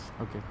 okay